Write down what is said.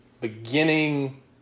beginning